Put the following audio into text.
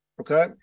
okay